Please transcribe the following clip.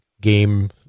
game